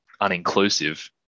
uninclusive